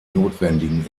notwendigen